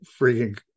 freaking